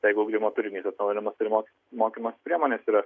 jeigu ugdymo turinys atnaujinamas tai ir mokymo priemonės yra